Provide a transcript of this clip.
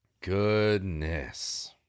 Goodness